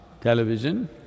television